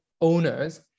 owners